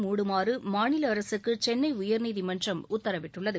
மூடுமாறு மாநில அரசுக்கு சென்னை உயர்நீதிமன்றம் உத்தரவிட்டுள்ளது